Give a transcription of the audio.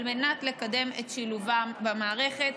על מנת לקדם את שילובם במערכת.